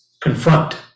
confront